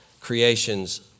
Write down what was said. creation's